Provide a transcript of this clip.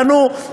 בנו,